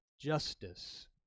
justice